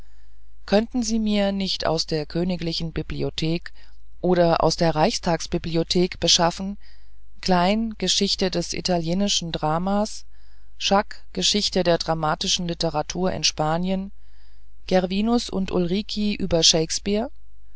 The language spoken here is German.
könnten sie mir nicht aus der kgl bibliothek oder aus der reichstagsbibliothek beschaffen klein geschichte des italienischen dramas schack geschichte der dramatischen literatur in spanien gervinus und ulrici über shakespeare